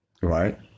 right